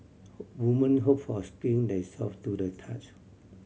women hope for skin that is soft to the touch